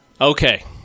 Okay